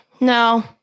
No